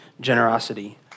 generosity